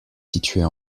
situées